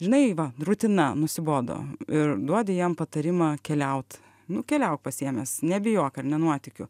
žinai va rutina nusibodo ir duodi jam patarimą keliaut nu keliauk pasiėmęs nebijok ar ne nuotykių